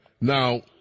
Now